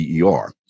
DER